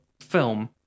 film